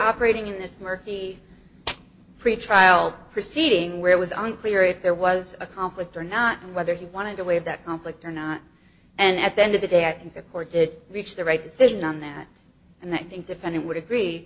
operating in this murky pretrial proceeding where it was unclear if there was a conflict or not whether he wanted to waive that conflict or not and at the end of the day i think the court reached the right decision on that and i think defendant would agree